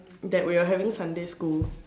that we're having Sunday school